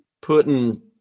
putting